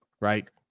right